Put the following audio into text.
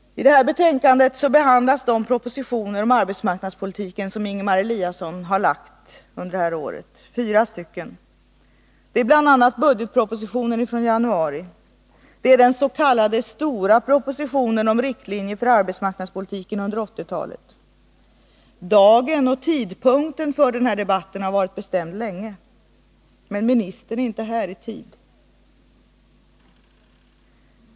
I det här betänkandet behandlas de fyra propositioner om arbetsmarknadspolitiken som Ingemar Eliasson har lagt fram under det här året. Det är bl.a. budgetpropositionen från januari och det är den s.k. stora propositionen om riktlinjer för arbetsmarknadspolitiken under 1980 talet. Dagen och tidpunkten för den här debatten bestämdes för länge sedan, men ministern är inte här i tid.